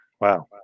Wow